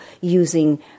using